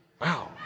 Wow